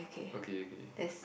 okay okay